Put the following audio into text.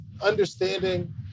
understanding